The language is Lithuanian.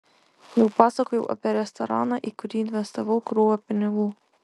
jau pasakojau apie restoraną į kurį investavau krūvą pinigų